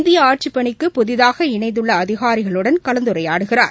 இந்தியஆட்சிப்பணிக்கு புதிதாக இணைந்துள்ளஅதிகாரிகளுடன் கலந்துரையாடுகிறார்